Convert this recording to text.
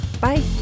Bye